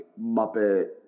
Muppet